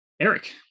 Eric